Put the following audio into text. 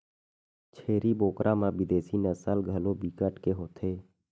छेरी बोकरा म बिदेसी नसल घलो बिकट के होथे